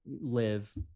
live